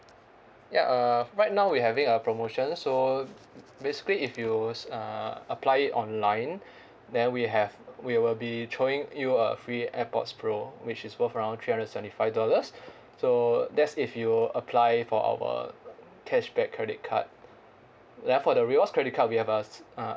ya uh right now we're having a promotion so basically if you s~ uh apply online then we have we will be throwing you a free AirPods pro which is worth around three hundred seventy five dollars so that's if you apply for our cashback credit card like for the rewards credit card we have as uh